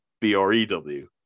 B-R-E-W